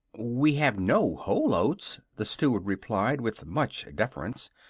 we have no whole oats, the steward replied, with much defference.